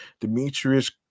Demetrius